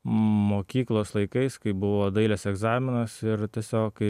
mokyklos laikais kai buvo dailės egzaminas ir tiesiog kai